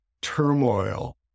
turmoil